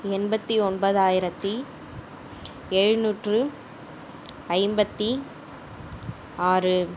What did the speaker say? எண்பத்து ஒன்பதாயிரத்து எழுநூற்று ஐம்பத்து ஆறு